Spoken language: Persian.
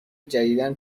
جدیدا